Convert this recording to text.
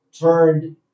turned